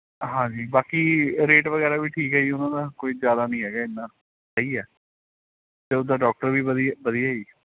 ਹਾਂਜੀ ਬਾਕੀ ਰੇਟ ਵਗੈਰਾ ਵੀ ਠੀਕ ਹੈ ਜੀ ਉਹਨਾਂ ਦਾ ਕੋਈ ਜ਼ਿਆਦਾ ਨਹੀਂ ਹੈਗਾ ਐਨਾ ਸਹੀ ਹੈ ਅਤੇ ਉਦਾਂ ਡਾਕਟਰ ਵੀ ਵਧੀਆ ਵਧੀਆ ਹੈ ਜੀ